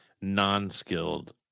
non-skilled